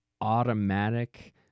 automatic